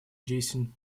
jason